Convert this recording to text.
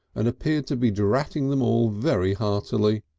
and appeared to be dratting them all very heartily.